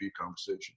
conversation